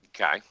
Okay